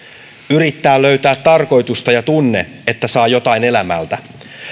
yrittää löytää tarkoitusta ja tunne että saa jotain elämältä